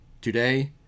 Today